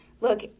Look